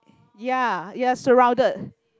ya ya surrounded